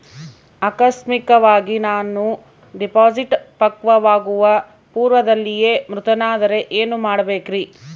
ಆಕಸ್ಮಿಕವಾಗಿ ನಾನು ಡಿಪಾಸಿಟ್ ಪಕ್ವವಾಗುವ ಪೂರ್ವದಲ್ಲಿಯೇ ಮೃತನಾದರೆ ಏನು ಮಾಡಬೇಕ್ರಿ?